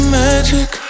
magic